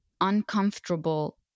uncomfortable